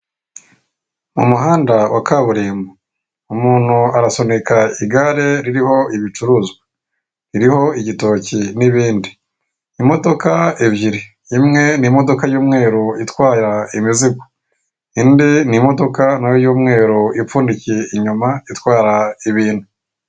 Umuhanda wa kaburimbo umuntu arasunika igare ririho ibicuruzwa iriho igitoki n'ibindi, imodoka ebyiri imwe ni imodoka y'umweru itwaye imizigo indi nayo y'umweru ipfundikiye inyuma itwara ibintu.